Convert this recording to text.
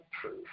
truth